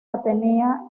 atenea